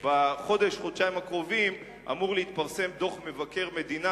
ובחודש-חודשיים הקרובים אמור להתפרסם דוח מבקר המדינה,